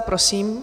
Prosím.